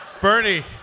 Bernie